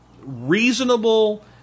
reasonable